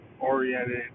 oriented